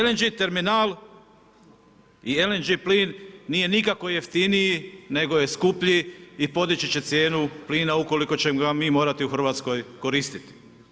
LNG terminal i LNG plin nije nikako jeftiniji nego je skuplji i podići će cijenu plina, ukoliko ćemo ga mi morati u Hrvatskoj koristiti.